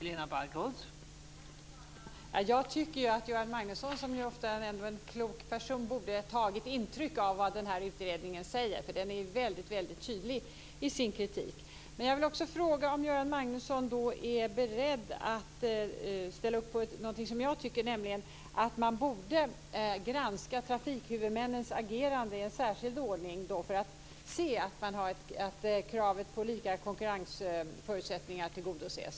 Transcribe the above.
Fru talman! Jag tycker att Göran Magnusson, som ju ofta är en klok person, borde ha tagit intryck av vad utredningen säger. Den är väldigt tydlig i sin kritik. Jag vill också fråga om Göran Magnusson är beredd att ställa upp på att man borde, som jag tycker, granska trafikhuvudmännens agerande i en särskild ordning för att se att kravet på lika konkurrensförutsättningar tillgodoses.